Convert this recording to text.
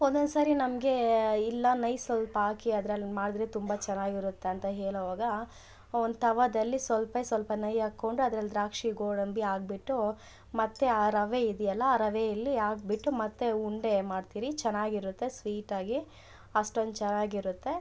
ಒಂದೊಂದು ಸಾರಿ ನಮಗೆ ಇಲ್ಲ ನೈ ಸ್ವಲ್ಪ ಹಾಕಿ ಅದ್ರಲ್ಲಿ ಮಾಡಿದರೆ ತುಂಬ ಚೆನ್ನಾಗಿರತ್ತೆ ಅಂತ ಹೇಳೋವಾಗ ಒಂದು ತವದಲ್ಲಿ ಸ್ವಲ್ಪ ಸ್ವಲ್ಪ ನೈ ಹಾಕ್ಕೊಂಡು ಅದ್ರಲ್ಲಿ ದ್ರಾಕ್ಷಿ ಗೋಡಂಬಿ ಹಾಕ್ಬಿಟ್ಟು ಮತ್ತು ಆ ರವೆ ಇದೆಯಲ್ಲ ಆ ರವೆಯಲ್ಲಿ ಹಾಕ್ಬಿಟ್ಟು ಮತ್ತು ಉಂಡೆ ಮಾಡ್ತೀರಿ ಚೆನ್ನಾಗಿರುತ್ತೆ ಸ್ವೀಟಾಗಿ ಅಷ್ಟೊಂದ್ ಚೆನ್ನಾಗಿರುತ್ತೆ